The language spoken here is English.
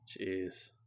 Jeez